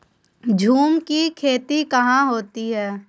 झूम की खेती कहाँ होती है?